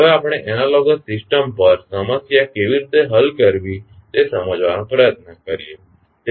હવે આપણે analogue system પર સમસ્યા કેવી રીતે હલ કરવી તે સમજવાનો પ્રયત્ન કરીએ